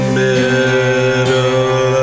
middle